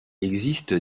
existe